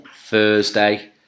Thursday